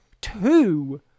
two